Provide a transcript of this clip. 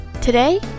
Today